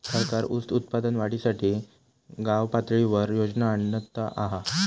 सरकार ऊस उत्पादन वाढीसाठी गावपातळीवर योजना आणता हा